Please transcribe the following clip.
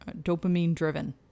dopamine-driven